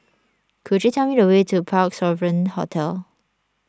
could you tell me the way to Parc Sovereign Hotel